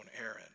Aaron